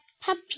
puppy